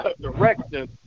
direction